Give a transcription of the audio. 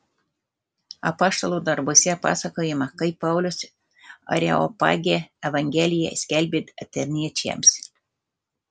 apaštalų darbuose pasakojama kaip paulius areopage evangeliją skelbė atėniečiams